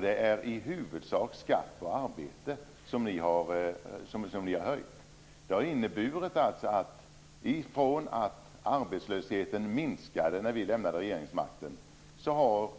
Det är i huvudsak skatten på arbete som ni har höjt. Det har inneburit att arbetslösheten, från att ha minskat när vi lämnade regeringsmakten, nu har